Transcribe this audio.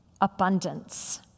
abundance